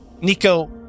Nico